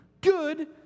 good